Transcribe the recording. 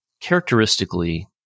characteristically